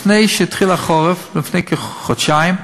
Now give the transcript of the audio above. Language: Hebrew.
לפני שהתחיל החורף, לפני כחודשיים,